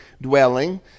dwelling